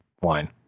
wine